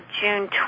June